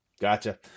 gotcha